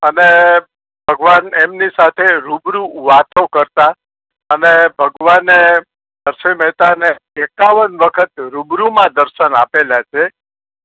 અને ભગવાન એમની સાથે રૂબરૂ વાતો કરતાં અને ભગવાને નરસિંહ મહેતાને એકાવન વખત રૂબરૂમાં દર્શન આપેલા છે